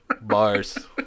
Bars